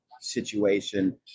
situation